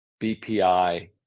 bpi